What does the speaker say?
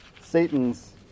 Satan's